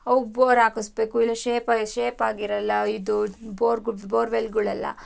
ಅವುಕ್ಕೆ ಬೋರ್ ಹಾಕಿಸ್ಬೇಕು ಇಲ್ಲ ಶೇಪಾಗಿ ಶೇಪಾಗಿರಲ್ಲ ಇದು ಬೋರ್ಗಳು ಬೋರ್ವೆಲ್ಗಳೆಲ್ಲ